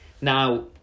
Now